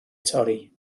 torri